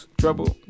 trouble